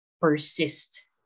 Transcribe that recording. persist